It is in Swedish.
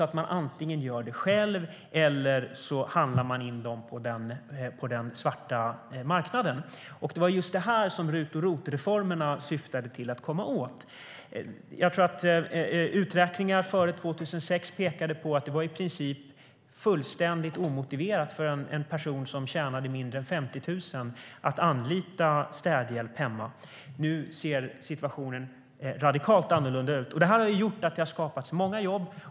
Antingen utför man tjänsterna själv eller också anlitar man någon på den svarta marknaden. Det var just detta som RUT och ROT-reformerna syftade till att komma åt. Uträkningar före 2006 pekade på att det i princip var fullständigt omotiverat för en person som tjänade mindre än 50 000 kronor att anlita städhjälp. Nu ser situationen radikalt annorlunda ut. Detta har gjort att det har skapats många jobb.